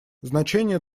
значение